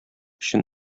өчен